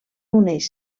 uneix